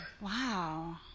Wow